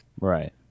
right